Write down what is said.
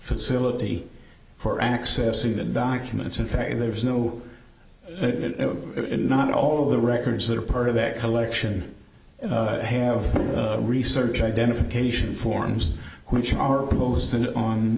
facility for accessing the documents in fact there's no not all of the records that are part of that collection have research identification forms which are